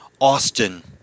Austin